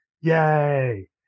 yay